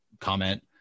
comment